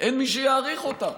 ואין מי שיאריך אותם.